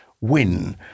win